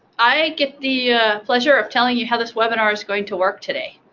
i get the pleasure of telling you how this webinar is going to work today.